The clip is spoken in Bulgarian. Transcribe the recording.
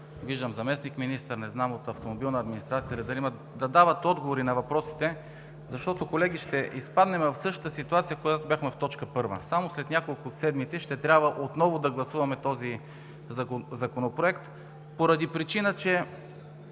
виждам заместник-министър, не зная има ли от ИА „Автомобилна администрация“, да дават отговори на въпросите. Колеги, ще изпаднем в същата ситуация, при която бяхме по точка първа – само след няколко седмици ще трябва отново да гласуваме този Законопроект, поради причина че